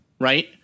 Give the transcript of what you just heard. Right